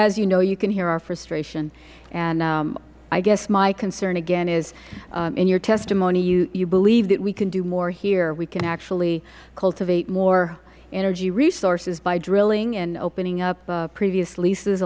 as you know you can hear our frustration and i guess my concern again is in your testimony you believed that we could do more here we can actually cultivate more energy resources by drilling and opening up previous leases